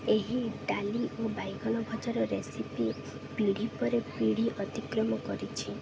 ଏହି ଡାଲି ଓ ବାଇଗଣ ଭଜାର ରେସିପି ପିଢ଼ି ପରେ ପିଢ଼ି ଅତିକ୍ରମ କରିଛି